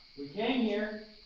we came here!